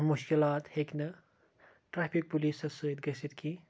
مشکِلات ہیٚکہِ نہٕ ٹریٚفِک پُلیٖسس سۭتۍ گٔژھِتھ کیٚنٛہہ